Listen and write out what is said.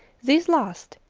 these last,